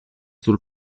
sul